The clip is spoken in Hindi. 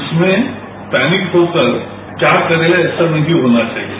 इसमें पैनिक होकर क्या करें ऐसा नहीं होना चाहिए